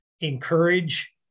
encourage